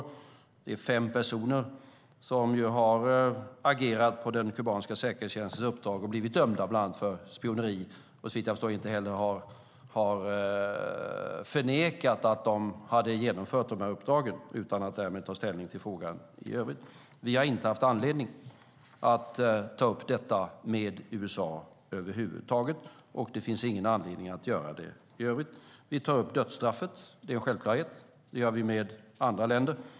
Det handlar om fem personer som har agerat på den kubanska säkerhetstjänstens uppdrag och blivit dömda, bland annat för spioneri. Såvitt jag förstår och utan att ta ställning till frågan i övrigt har de inte heller förnekat att de genomförde dessa uppdrag. Vi har inte haft anledning att ta upp detta med USA över huvud taget, och det finns heller ingen anledning att göra det. Vi tar dock självklart upp dödsstraff med USA och andra länder.